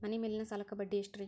ಮನಿ ಮೇಲಿನ ಸಾಲಕ್ಕ ಬಡ್ಡಿ ಎಷ್ಟ್ರಿ?